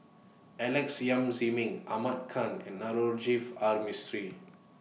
Alex Yam Ziming Ahmad Khan and Navroji R Mistri